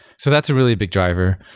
so that's a really big driver.